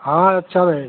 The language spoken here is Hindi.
हाँ अच्छा रहेगा